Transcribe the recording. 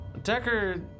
Decker